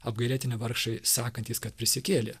apgailėtini vargšai sakantys kad prisikėlė